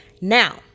Now